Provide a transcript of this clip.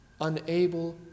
unable